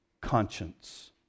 conscience